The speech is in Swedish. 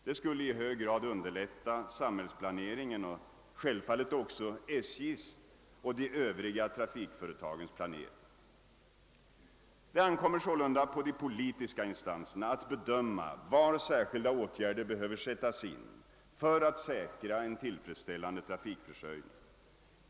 Det skulle i hög grad underlätta samhällsplaneringen och självfallet också SJ:s och de övriga trafikföretagens planering. Det ankommer sålunda på de politiska instanserna att bedöma var särskilda åtgärder behöver sättas in för att säkra en tillfredsställande trafikförsörjning.